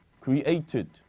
created